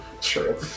true